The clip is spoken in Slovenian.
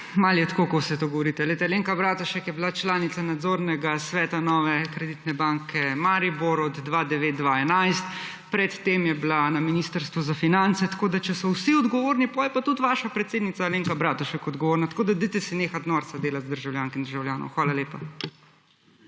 malo je tako, ko vse tako govorite. Glejte, Alenka Bratušek je bila članica nadzornega sveta Nove kreditne banke Maribor od 2009-2011. Pred tem je bila na Ministrstvu a finance. Tako, da če so vsi odgovorni, potem je pa tudi vaša predsednica Alenka Bratušek odgovorna. Tako, da dajte se nehat norca delat iz državljank in državljanov. Hvala lepa.